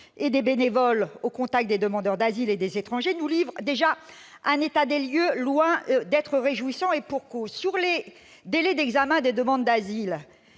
et des bénévoles au contact des demandeurs d'asile et des étrangers nous livre déjà un état des lieux loin d'être réjouissant. Et pour cause : en matière de délais d'examen des demandes d'asile,